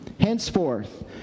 Henceforth